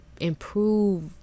improve